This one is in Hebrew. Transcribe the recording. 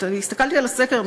הסתכלתי על הסקר.